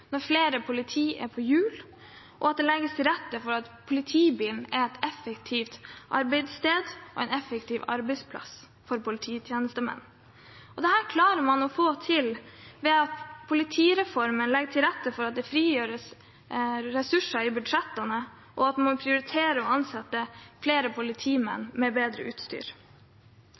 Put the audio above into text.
når flere politifolk er på hjul og det legges til rette for at politibilen er en effektiv arbeidsplass for polititjenestemenn. Dette klarer man å få til ved at man ved politireformen legger til rette for at det frigjøres ressurser i budsjettene, og prioriterer å ansette flere politimenn med bedre utstyr.